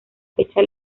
fecha